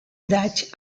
dutch